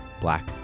Black